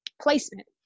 placement